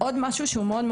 עוד משהו שהוא מאוד,